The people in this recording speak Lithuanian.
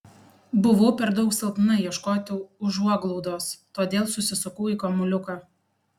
buvau per daug silpna ieškoti užuoglaudos todėl susisukau į kamuoliuką